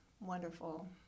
wonderful